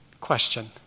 question